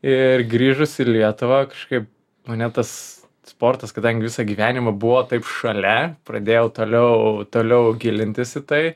ir grįžus į lietuvą kažkaip mane tas sportas kadangi visą gyvenimą buvo taip šalia pradėjau toliau toliau gilintis į tai